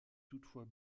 toutefois